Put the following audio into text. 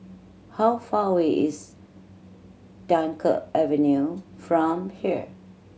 how far away is Dunkirk Avenue from here